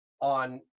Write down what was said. on